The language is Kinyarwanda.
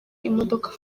imodoka